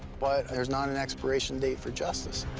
but there's not an expiration date for justice.